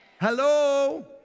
Hello